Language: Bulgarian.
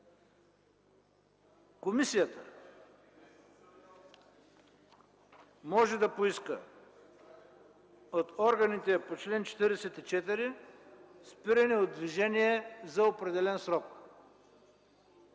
„комисията може да поиска от органите по чл. 44 спиране от движение за определен срок